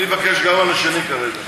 אני מבקש גם על השני, כרגע.